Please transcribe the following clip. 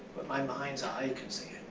but my mind's eye can see it.